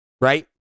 right